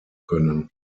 können